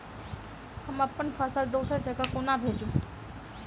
हम अप्पन फसल दोसर जगह कोना भेजू?